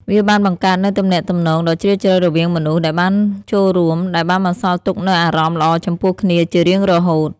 វាបានបង្កើតនូវទំនាក់ទំនងដ៏ជ្រាលជ្រៅរវាងមនុស្សដែលបានចូលរួម ដែលបានបន្សល់ទុកនូវអារម្មណ៍ល្អចំពោះគ្នាជារៀងរហូត។